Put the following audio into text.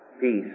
peace